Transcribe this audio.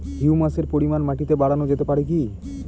হিউমাসের পরিমান মাটিতে বারানো যেতে পারে কি?